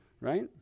right